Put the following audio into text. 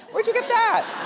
where'd you get that?